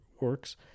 works